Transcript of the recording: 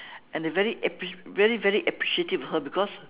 and I very ap~ very very appreciative of her because